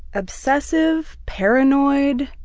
obsessive, paranoid,